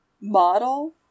model